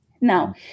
Now